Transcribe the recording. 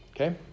Okay